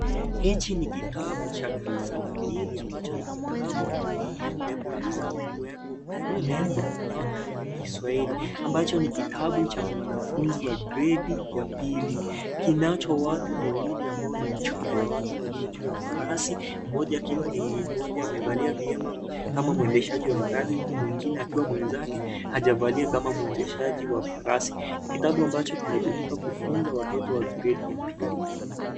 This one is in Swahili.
Hiki ni kitabu cha darasa la pili ambacho nikitabu kimeleboliwa au kupewa nembo Nyota ya Kiswahili ambacho ni kitabu cha mwanafunzi wa gredi ya pili. Kinacho watu wawili ambao ni mchoro wa watu walio juu ya farasi, mmoja akiwa ni, mmoja amevalia vyema kama mwendeshaji wa farasi huku mwingine akiwa mwenzake. Hajavalia kama mwendeshaji wa farasi. Ni kitabu ambacho kinatumika kufunza watoto wa gredi ya pili.